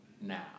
now